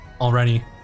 already